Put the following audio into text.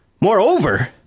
Moreover